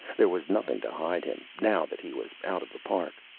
there was nothing to hide him, now that he was out of the park.